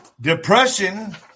Depression